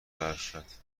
ارشد